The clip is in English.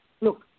Look